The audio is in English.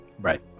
Right